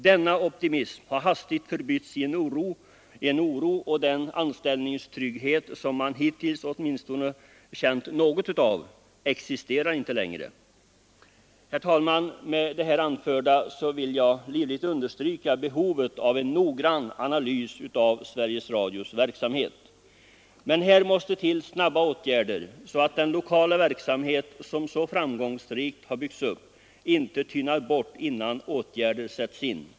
Denna optimism har hastigt förbytts i en oro, och den anställningstrygghet som man åtminstone hittills känt något utav existerar inte längre. Herr talman! Med det anförda vill jag livligt understryka behovet av en noggrann analys av Sveriges Radios verksamhet. Men här måste till snabba åtgärder så att den lokala verksamhet som så framgångsrikt byggts upp inte tynar bort innan åtgärder sätts in.